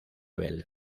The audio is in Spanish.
bell